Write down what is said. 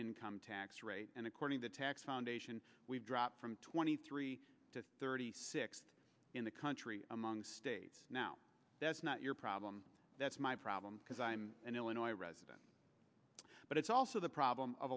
income tax rate and according to tax foundation we've dropped from twenty three to thirty six in the country among states now that's not your problem that's my problem because i'm an illinois resident but it's also the problem of